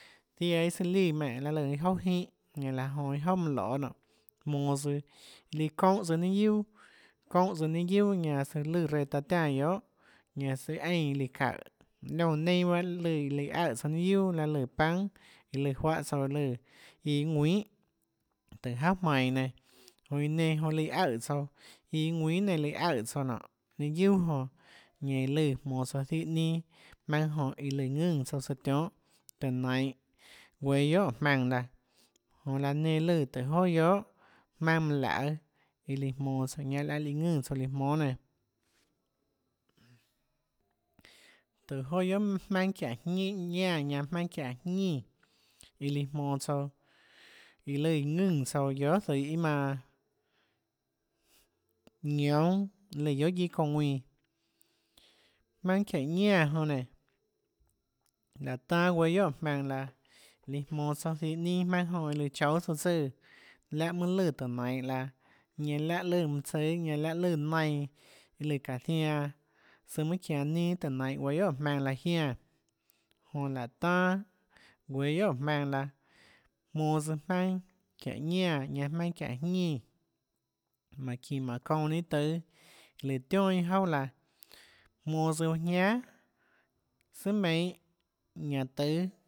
Ziaã iâ søã líã menè laê lùã iâ jouà jínhã ñanâ laã joã iâ jouà manã loê nonê jmonå tsøã líã çoúnhã tsøã ninâ guiuà çoúnhã tsøã ninâ guiuà ñanã søã lùã reã taã tiánã guiohà ñanã søã eínã lùã çaùhå liónã neinâ bahâ lùã lùã aøè tsouã ninâ guiu laê lù pan laê lùã juáhã tsouã lùã íã ðuinhà tùhå jauà jmainå nenã jonã iã nenã jonã lùã aøè tsouã íã ðuinhànenã lùã aøè tsouã nonê ninâ guiuà jonã ñanã iã lùã jmonå tsouã zíhã ninâ jmaønâ jonã iã lùã ðùnã tsouã tsøã tionhâ tùhå nainhå guéâ guiohà óå jmaønã laã jonã laã nenã lùã tùhå joà guiohà jmaønâ mønã laøê iã lùã jmonå tsouã ñanã láh líã ðùnã tsouã líã jmónâ nénå tùhå joà guiohà jmaønâ çiáhå jñínã çiáhå ñánã ñanã jmaønâ çiáhå jñinã iã líã jmonå tsouã iâ lùâ ðønã tsouã guiohà zøhå iâ manã ñoúnâ lùã guiohà guiâ çounã ðuinã jmaønâ çiáhå ñanã jonã nénå láhå tanâ guéâ guiohà óå jmaønã laã lùã jmonå tsouã zihå ninâ jmaønâ jonã lùã choúâ tsouã tsùã láhã mønâ lùã tùhå nainhå laã ñanã láhã lùã mønã tsùâ ñanã láhã lùã nainhã iã lùã çáhå zianã tsøã ønâ çianå ninâ tùhå nainhå guéâ guiohà óå jmaønã laã jiánã jonã láhå tanâ guéâ guiohà óå jmaønã laã jmonå tsøã jmaønâ çiáhå ñánã ñanã jmaønâ çiáhå jñínã jmánhå çinå jmánhå çounã ninâ tùâ lùã tionà iâ jouà laã jmonå tsøã uã jiánà sùà meinhâ ñan tùâ